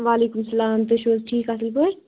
وعلیکُم اسلام تُہی چھِو حظ ٹھیٖک اَصٕل پٲٹھۍ